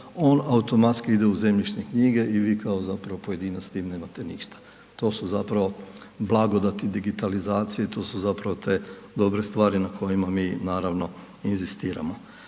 on automatski ide u zemljišne knjige i vi kao zapravo pojedinac s tim nemate ništa, to su zapravo blagodati digitalizacije, to su zapravo te dobre stvari na kojima mi naravno inzistiramo.